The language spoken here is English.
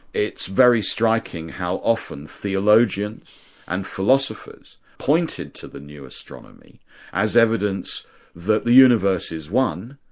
it's very striking how often theologians and philosophers pointed to the new astronomy as evidence that the universe is one,